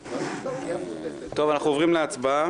אנחנו עוברים להצבעה